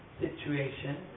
situation